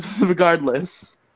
Regardless